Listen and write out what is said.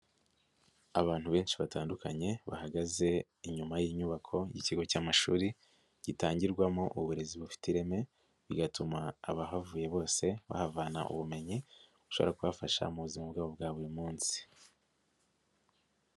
Abantu benshi batandukanye bahagaze inyuma y'inyubako y'ikigo cy'amashuri gitangirwamo uburezi bufite ireme, bigatuma abahavuye bose bahavana ubumenyi, bushobora kubafasha mu buzima bwabo bwa buri munsi.